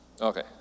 okay